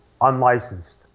Unlicensed